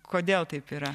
kodėl taip yra